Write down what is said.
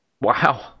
Wow